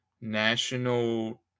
National